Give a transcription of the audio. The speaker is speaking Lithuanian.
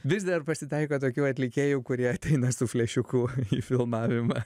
vis dar pasitaiko tokių atlikėjų kurie ateina su flešiuku filmavimą